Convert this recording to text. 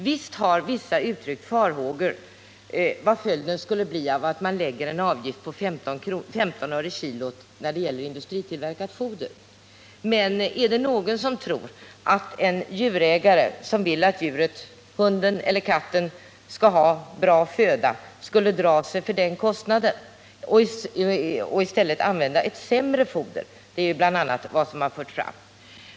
Visst har vissa av dem uttryckt farhågor för följden av att man lägger en avgift av 15 öre kilot på industritillverkat foder, men är det någon som tror att någon djurägare som vill att hans hund eller katt skall ha bra föda skulle dra sig för den kostnaden och i stället använda ett sämre foder? Det är bl.a. sådana tankegångar som har förts fram.